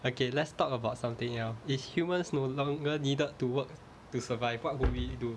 okay let's talk about something else if humans no longer needed to work to survive what would we do